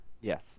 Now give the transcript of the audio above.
Yes